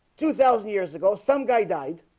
two thousand years ago some guy died